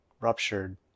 ruptured